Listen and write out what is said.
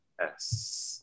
yes